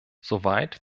soweit